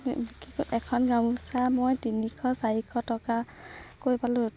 কৰি এখন গামোচা মই তিনিশ চাৰিশ টকাকৈ পালোঁ